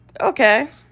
okay